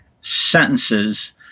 sentences